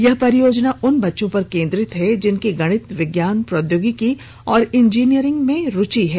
यह परियोजना उन बच्चों पर केंद्रित है जिनकी गणित विज्ञान प्रौद्योगिकी और इंजीनियरिंग में रुचि है